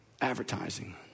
advertising